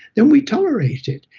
then we tolerate it.